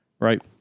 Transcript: right